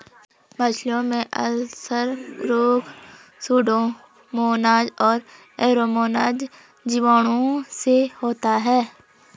मछलियों में अल्सर रोग सुडोमोनाज और एरोमोनाज जीवाणुओं से होता है